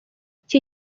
iki